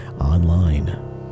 Online